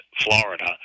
Florida